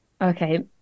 okay